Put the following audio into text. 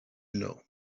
know